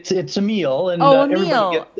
it's emile and oh, emile,